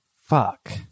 Fuck